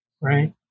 right